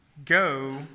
Go